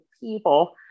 people